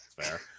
Fair